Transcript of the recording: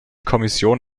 kommission